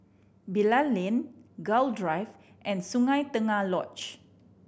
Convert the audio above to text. Bilal Lane Gul Drive and Sungei Tengah Lodge